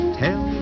tell